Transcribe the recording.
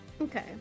Okay